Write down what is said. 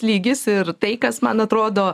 lygis ir tai kas man atrodo